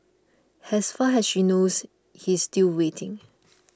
has far has she knows he's still waiting